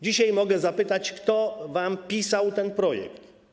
Dzisiaj mogę zapytać: Kto wam pisał ten projekt?